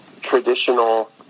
traditional